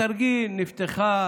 בתרגיל, נפתחה